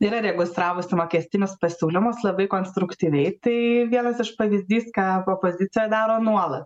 yra registravusi mokestinius pasiūlymus labai konstruktyviai tai vienas iš pavyzdys ką opozicija daro nuolat